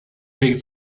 makes